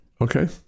Okay